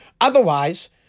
Otherwise